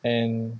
and